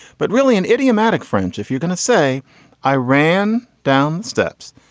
but really an idiomatic french. if you're going to say i ran down steps.